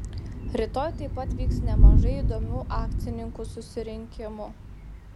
rytoj taip pat vyks nemažai įdomių akcininkų susirinkimų